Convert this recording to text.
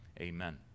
Amen